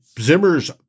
Zimmer's